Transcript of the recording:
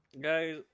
Guys